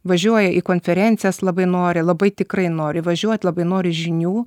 važiuoja į konferencijas labai nori labai tikrai nori važiuot labai nori žinių